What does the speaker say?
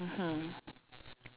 mmhmm